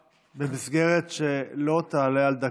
במסגרת שלא תעלה על דקה,